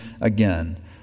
again